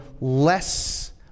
less